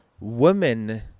women